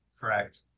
Correct